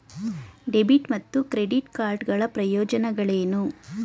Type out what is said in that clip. Debit ಮತ್ತು credit card ಗಳ ಪ್ರಯೋಜನಗಳೇನು?